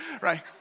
right